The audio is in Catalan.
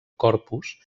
corpus